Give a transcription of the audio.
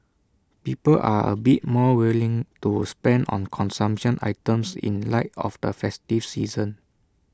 people are A bit more willing to spend on consumption items in light of the festive season